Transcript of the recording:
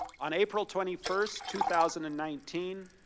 on april twenty first, two thousand and nineteen,